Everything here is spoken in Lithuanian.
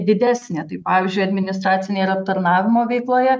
didesnė tai pavyzdžiui administracinėj ir aptarnavimo veikloje